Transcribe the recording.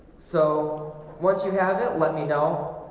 so once you have it let me know